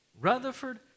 Rutherford